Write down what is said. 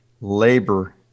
labor